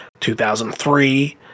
2003